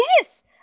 Yes